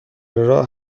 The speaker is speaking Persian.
راه